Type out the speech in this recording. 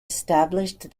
established